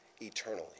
eternally